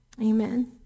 amen